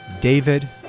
David